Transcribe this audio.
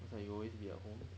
looks like you'll always be at home